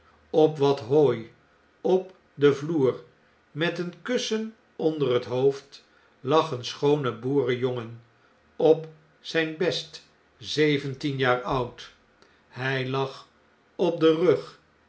op wat hooi op den vloer meteenkussen onder het hoofd lag een schoone boerenjongen op zijn best zeventienjaar oud hij lag op den rug